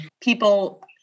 people